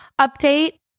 update